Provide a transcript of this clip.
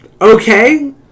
okay